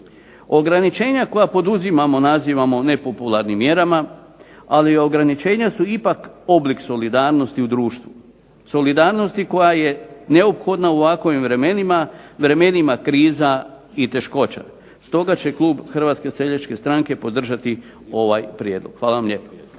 Ograničenja koja poduzimamo nazivamo nepopularnim mjerama, ali ograničenja su ipak oblik solidarnosti u društvu. Solidarnosti koja je neophodna u ovakvim vremenima, vremenima kriza i teškoća. Stoga će klub Hrvatske seljačke stranke podržati ovaj prijedlog. Hvala vam lijepo.